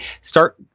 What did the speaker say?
Start